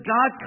God